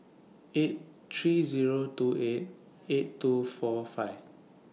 eight three Zero two eight eight two four five